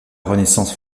renaissance